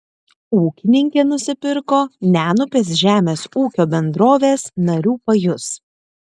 ūkininkė nusipirko nenupės žemės ūkio bendrovės narių pajus